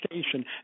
station